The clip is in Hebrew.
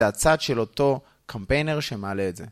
זה הצד של אותו קמפיינר שמעלה את זה.